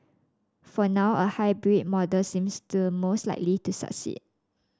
for now a hybrid model seems the most likely to succeed